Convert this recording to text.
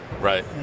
Right